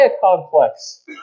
complex